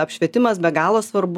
apšvietimas be galo svarbu